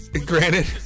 granted